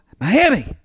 Miami